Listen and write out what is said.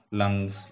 lungs